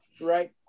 right